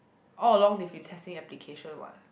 all along they've been testing application what